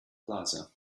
plaza